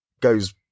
goes